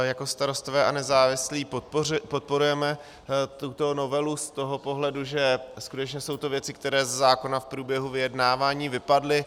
Jako Starostové a nezávislí podporujeme tuto novelu z toho pohledu, že skutečně jsou to věci, které ze zákona v průběhu vyjednávání vypadly.